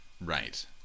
Right